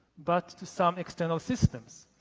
but to some external systems.